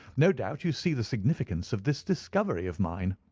no doubt you see the significance of this discovery of mine?